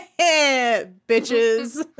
bitches